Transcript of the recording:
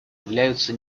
являются